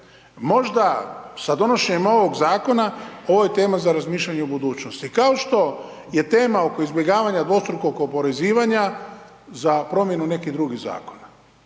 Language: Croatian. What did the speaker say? možda sa donošenjem ovog zakona ovo je tema za razmišljanje o budućnosti, kao što je tema oko izbjegavanja dvostrukog oporezivanja za promjenu nekih drugih zakona.